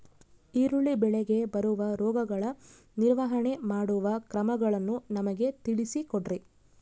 ಈರುಳ್ಳಿ ಬೆಳೆಗೆ ಬರುವ ರೋಗಗಳ ನಿರ್ವಹಣೆ ಮಾಡುವ ಕ್ರಮಗಳನ್ನು ನಮಗೆ ತಿಳಿಸಿ ಕೊಡ್ರಿ?